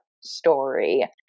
story